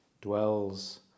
dwells